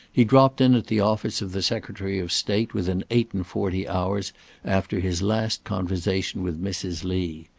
he dropped in at the office of the secretary of state within eight-and-forty hours after his last conversation with mrs. lee.